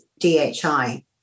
DHI